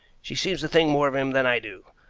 she seems to think more of him than i do.